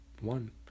one